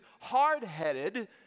hard-headed